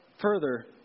further